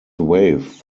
wave